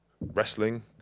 wrestling